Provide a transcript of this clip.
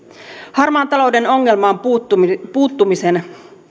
harmaan talouden ongelmaan puuttumisen puuttumisen